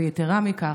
ויתרה מזו,